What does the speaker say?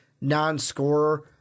non-scorer